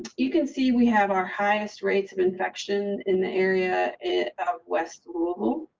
you can see we have our highest rates of infection in the area of west. um,